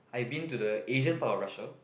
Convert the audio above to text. I been to the Asian part of Russia